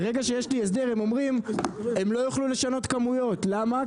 ברגע שיש לי הסדר הם לא יוכלו לשנות כמויות, למה?